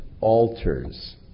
altars